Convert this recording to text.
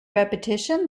repetition